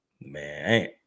Man